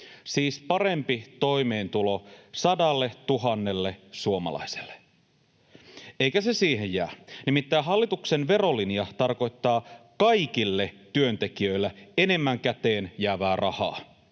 siis parempi toimeentulo 100 000 suomalaiselle. Eikä se siihen jää, nimittäin hallituksen verolinja tarkoittaa kaikille työntekijöille enemmän käteen jäävää rahaa.